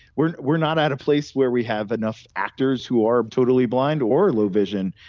we're we're not at a place where we have enough actors who are totally blind or low vision.